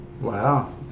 Wow